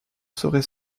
saurait